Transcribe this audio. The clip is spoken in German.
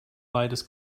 beides